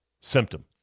symptom